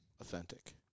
authentic